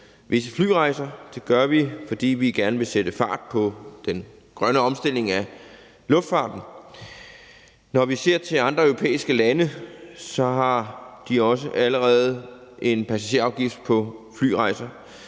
visse flyrejser. Det gør vi, fordi vi gerne vil sætte fart på den grønne omstilling af luftfarten. Når vi ser til andre europæiske lande, har de også allerede en passagerafgift på flyrejser.